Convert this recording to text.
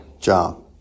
job